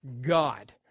God